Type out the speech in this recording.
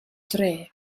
dre